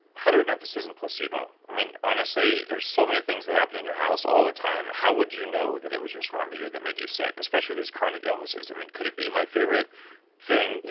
how do we know if this isn't placebo? i mean, honestly, there are so many things that happen in your house all the time, how would you know that it was your smart meter that made you sick, especially with these chronic illnesses? i mean, could it be my favorite thing,